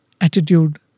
attitude